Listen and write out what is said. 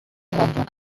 hundred